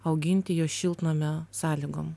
auginti jo šiltnamio sąlygom